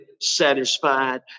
satisfied